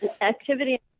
Activity